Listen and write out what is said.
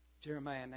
Jeremiah